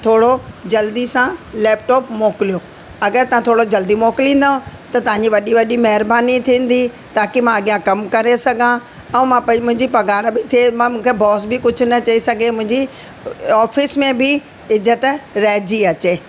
थोरो जल्दी सां लेपटॉप मोकिलियो अगरि तव्हां थोरो जल्दी मोकिलींदव त तव्हांजी वॾी वॾी महिरबानी थींदी ताकि मां अॻियां कमु करे सघां ऐं मां पैं मुंहिंजी पगार बि थिए मां मूंखे बॉस बि न चई सघे मुंहिंजी ऑफ़िस में बि इज़तु रहिजी अचे